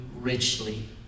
richly